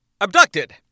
abducted